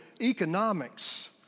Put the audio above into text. economics